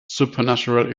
supernatural